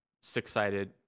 six-sided